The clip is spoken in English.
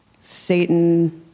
Satan